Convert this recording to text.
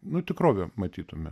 nu tikrovę matytume